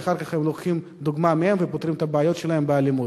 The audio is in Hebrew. שאחר כך הם לוקחים דוגמה מהם ופותרים את הבעיות שלהם באלימות.